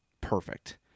perfect